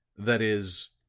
that is,